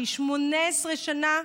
שהיא 18 שנה,